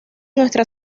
nuestra